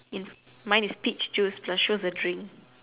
in mine is peach juice plus show the drink